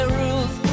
rules